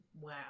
Wow